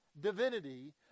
divinity